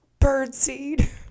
birdseed